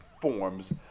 forms